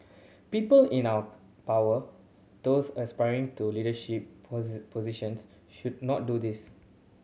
people in our power those aspiring to leadership positions should not do this